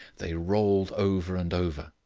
they rolled over and over.